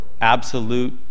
absolute